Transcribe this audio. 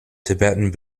tibetan